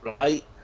right